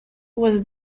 was